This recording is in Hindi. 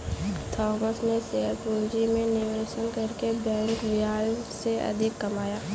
थॉमस ने शेयर पूंजी में निवेश करके बैंक ब्याज से अधिक कमाया